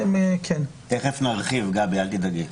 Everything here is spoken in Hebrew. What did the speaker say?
תיכף נרחיב, גבי, אל תדאגי.